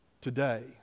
Today